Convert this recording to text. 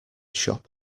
shop